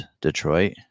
Detroit